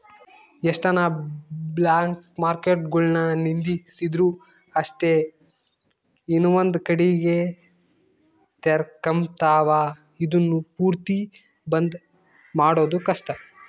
ಎಷ್ಟನ ಬ್ಲಾಕ್ಮಾರ್ಕೆಟ್ಗುಳುನ್ನ ನಿಂದಿರ್ಸಿದ್ರು ಅಷ್ಟೇ ಇನವಂದ್ ಕಡಿಗೆ ತೆರಕಂಬ್ತಾವ, ಇದುನ್ನ ಪೂರ್ತಿ ಬಂದ್ ಮಾಡೋದು ಕಷ್ಟ